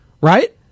right